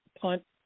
punt